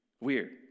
Weird